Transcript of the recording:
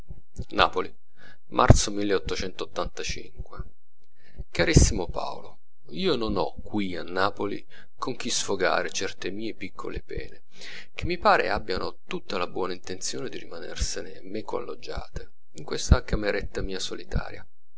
napoli marzo carissimo paolo io non ho qui a napoli con chi sfogare certe mie piccole pene che mi pare abbiano tutta la buona intenzione di rimanersene meco alloggiate in questa cameretta mia solitaria